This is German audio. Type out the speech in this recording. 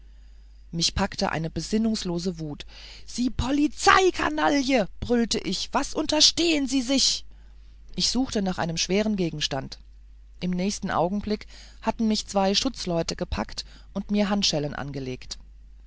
mich packte eine besinnungslose wut sie polizeikanaille brüllte ich los was unterstehen sie sich ich suchte nach einem schweren gegenstand im nächsten augenblick hatten mich zwei schutzleute gepackt und mir handschellen angelegt